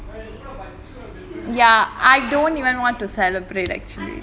ya I don't even want to celebrate actually